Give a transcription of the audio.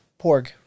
Porg